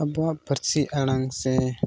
ᱟᱵᱚᱣᱟᱜ ᱯᱟᱹᱨᱥᱤ ᱟᱲᱟᱝ ᱥᱮ